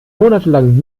monatelang